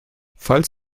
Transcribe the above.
falls